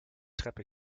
treppe